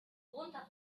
runter